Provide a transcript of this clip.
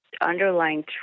underlying